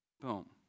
Boom